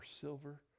silver